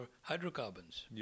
hydrocarbons